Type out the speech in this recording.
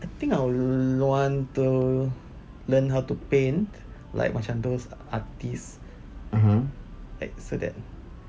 I think I lo~ want to learn how to paint like those artists like so that